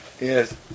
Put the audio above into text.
Yes